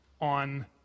on